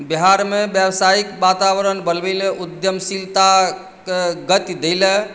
बिहारमे व्यावसायिक वातावरण बनबै लेल उद्यमशीलताके गति दै लेल